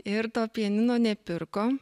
ir to pianino nepirko